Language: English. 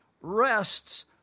rests